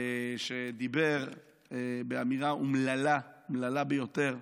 שאמר אמירה אומללה, אומללה ביותר,